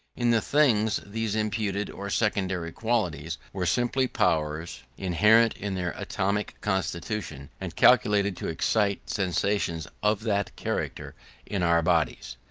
in the things, these imputed or secondary qualities were simply powers, inherent in their atomic constitution, and calculated to excite sensations of that character in our bodies.